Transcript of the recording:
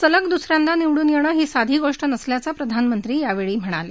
सलग दुस यांदा निवडून येणं ही साधी गोष्ट नसल्याचं प्रधानमंत्री यावेळी म्हणाले